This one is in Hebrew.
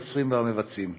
היוצרים והמבצעים.